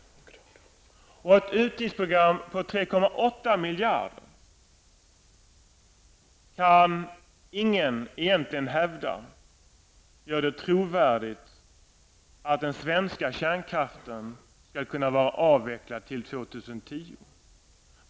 Ingen kan egentligen hävda att ett utgiftsprogram på 3,8 miljarder gör det trovärdigt att den svenska kärnkraften skall kunna vara avvecklad till år 2010.